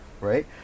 right